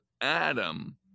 Adam